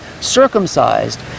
circumcised